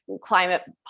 climate